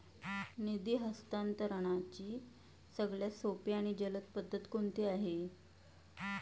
निधी हस्तांतरणाची सगळ्यात सोपी आणि जलद पद्धत कोणती आहे?